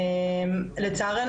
לצערנו,